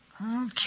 Okay